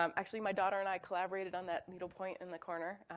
um actually my daughter and i collaborated on that needlepoint in the corner.